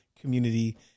community